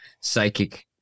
psychic